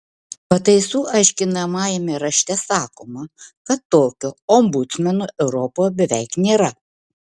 pataisų aiškinamajame rašte sakoma kad tokio ombudsmeno europoje beveik nėra